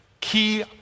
key